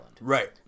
Right